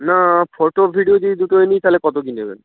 না photo video যদি দুটোই নিই তাহলে কত কী নেবেন